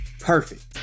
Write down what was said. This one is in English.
perfect